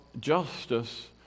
justice